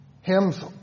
hymns